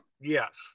Yes